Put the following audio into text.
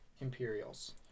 Imperials